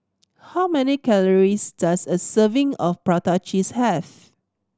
how many calories does a serving of prata cheese have